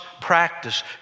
practice